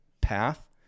path